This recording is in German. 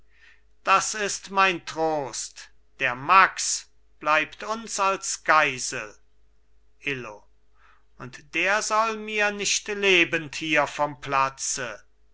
das ist mein trost der max bleibt uns als geisel illo und der soll mir nicht lebend hier vom platze